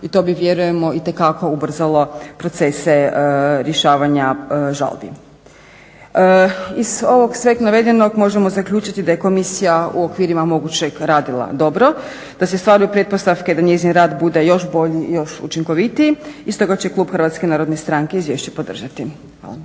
i to bi vjerujemo itekako ubrzalo procese rješavanja žalbi. Iz ovog sveg navedenog možemo zaključiti da je komisija u okvirima mogućeg radila dobro, da se stvaraju pretpostavke da njezin rad bude još bolji i još učinkovitiji i stoga će klub HNS-a izvješće podržati.